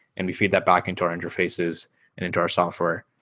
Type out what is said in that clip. and we feed that back into our interfaces and into our software,